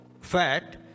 fat